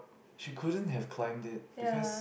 she couldn't have climbed it because